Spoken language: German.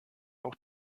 auch